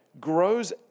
grows